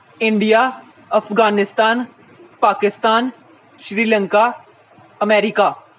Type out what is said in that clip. India Afghanistan Pakistan Sri Lanka America